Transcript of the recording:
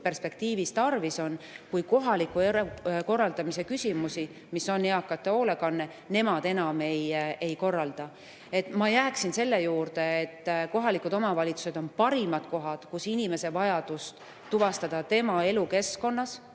lõpp-perspektiivis tarvis on, kui kohaliku elu korraldamise küsimusi, nagu on eakate hoolekanne, nemad enam ei korralda. Ma jääksin selle juurde, et kohalikud omavalitsused on parimad kohad, kus inimese [abi]vajadust tema elukeskkonnas